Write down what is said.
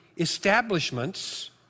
establishments